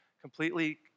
completely